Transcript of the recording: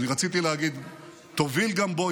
אני רציתי להגיד שתוביל גם בו,